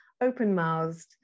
open-mouthed